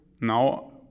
Now